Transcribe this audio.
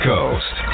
Coast